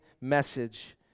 message